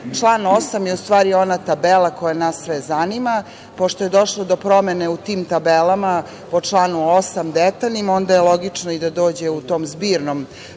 1.Član 8. je u stvari ona tabela koja nas sve zanima, pošto je došlo do promene u tim tabelama po članu 8. detaljnim, onda je logično i da dođe u toj zbirnoj